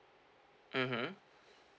mmhmm